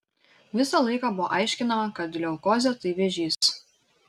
visą laiką buvo aiškinama kad leukozė tai vėžys